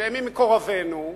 שמות, שמות, מי זה אנשי שלומנו?